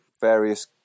various